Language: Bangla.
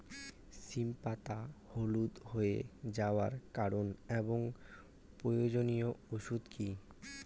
সিম পাতা হলুদ হয়ে যাওয়ার কারণ এবং প্রয়োজনীয় ওষুধ কি?